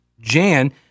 Jan